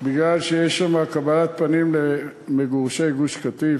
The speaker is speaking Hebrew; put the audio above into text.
מפני שיש שם קבלת פנים למגורשי גוש-קטיף,